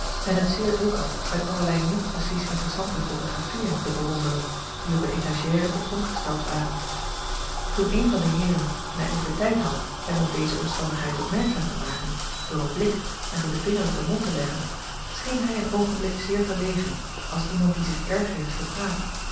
en het zeer druk had met allerlei niet precies interessante photographieën te bewonderen die op eene étagère te pronk gesteld waren toen een van de heeren de naïveteit had hem op deze omstandigheid opmerkzaam te maken door een blik en door den vinger op den mond te leggen scheen hij een oogenblik zeer verlegen als iemand die zich erg heeft verpraat